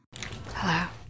Hello